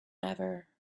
ever